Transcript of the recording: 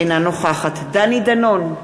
אינה נוכחת דני דנון,